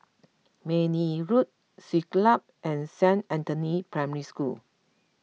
Mayne Road Siglap and Saint Anthony's Primary School